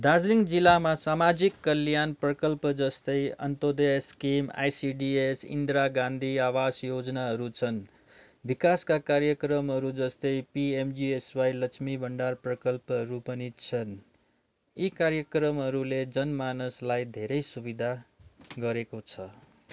दार्जिलिङ जिल्लामा सामाजिक कल्याण प्रकल्प जस्तै Antyodaya scheme I C D S Indira Gandhi आवास योजनाहरू छन् विकासका कार्यक्रमहरू जस्तै P M G S Y Lakshmi Bhandar प्रकल्पहरू पनि छन् यी कार्यक्रमहरूले जन मानसलाई धेरै सुविधा गरेको छ